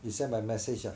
you send by message ah